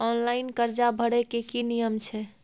Online कर्जा भरै के की नियम छै?